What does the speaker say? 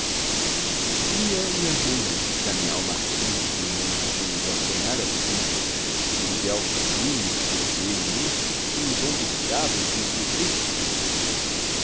vi-a e amei a que a minha alma ardente em longos sonhos a sonhara assim o ideal sublime que eu criei na mente que em vão buscava e que encontrei por fim